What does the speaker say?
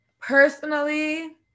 Personally